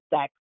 sex